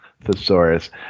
thesaurus